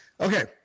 okay